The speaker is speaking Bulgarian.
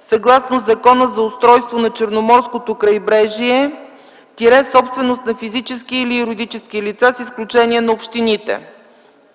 съгласно Закона за устройството на Черноморското крайбрежие – собственост на физически или юридически лица, с изключение на общините.